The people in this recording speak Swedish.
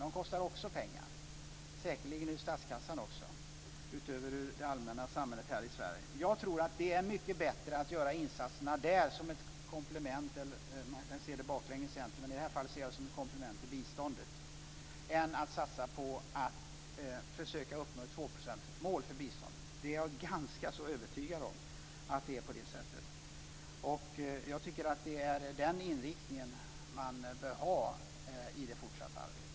De kostar också pengar - säkerligen ur statskassan, utöver det allmänna samhället i Jag tror att det är mycket bättre att göra insatser på plats som ett komplement - man kan se det baklänges egentligen, men i det här fallet ser jag det som ett komplement till biståndet - än att satsa på att försöka uppnå ett tvåprocentsmål för biståndet. Jag är ganska övertygad om att det är på det sättet, och jag tycker att det är den inriktningen man bör ha i det fortsatta arbetet.